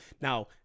Now